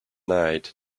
night